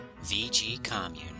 vgcommune